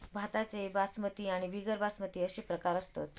भाताचे बासमती आणि बिगर बासमती अशे प्रकार असत